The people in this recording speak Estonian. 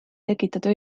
tekitada